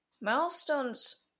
Milestones